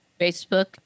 Facebook